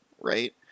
right